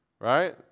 right